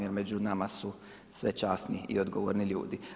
Jer među nama su sve časni i odgovorni ljudi.